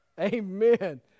Amen